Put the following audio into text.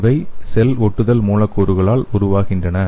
இவை செல் ஒட்டுதல் மூலக்கூறுகளால் உருவாகின்றன